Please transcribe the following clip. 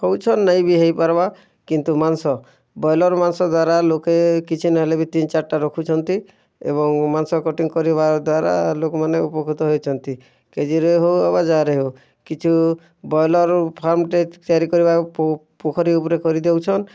ହେଉଛନ୍ ନାଇଁ ବି ହେଇ ପାର୍ବାର୍ କିନ୍ତୁ ମାଂସ ବ୍ରଏଲର୍ ମାଂସ ଦ୍ଵାରା ଲୋକେ କିଛି ନାଇଁ ହେଲେ ବି ତିନ୍ ଚାର୍ଟା ରଖୁଛନ୍ତି ଏବଂ ମାଂସ କଟିଂଗ୍ କରିବା ଦ୍ୱାରା ଲୋକ୍ମାନେ ଉପକୃତ ହେଉଛନ୍ତି କେଜିରେ ହେଉ ଅବା ଯାହାରେ ହଉଁ କିଛୁ ବ୍ରଏଲର୍ ଫାର୍ମଟେ ତିଆରି କରିବା ପୋଖରୀ ଉପରେ କରି ଦେଉଛନ୍